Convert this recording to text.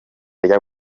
rya